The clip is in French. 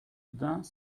vingt